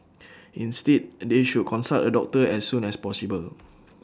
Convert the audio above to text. instead they should consult A doctor as soon as possible